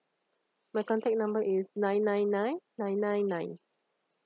my contact number is nine nine nine nine nine nine